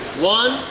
one,